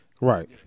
Right